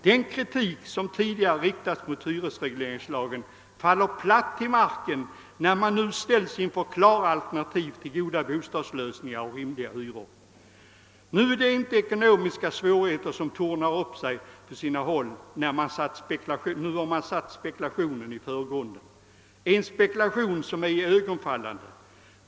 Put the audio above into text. Den kritik som tidigare riktats mot hyresregleringslagen faller platt till marken, när man nu ställs inför klara alternativ som ger goda bostadslösningar och rimliga hyror. Nu är det inte ekonomiska svårigheter som tornar upp sig, utan man har på sina håll satt spekulationen i förgrunden, en spekulation som är iögonfallande.